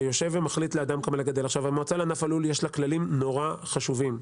שיושבת ומחליטה לאדם כמה לגדל למועצה לענף הלול יש כללים נורא חשובים,